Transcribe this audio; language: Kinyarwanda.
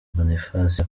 boniface